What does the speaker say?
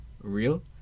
real